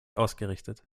ausgerichtet